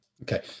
Okay